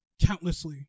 countlessly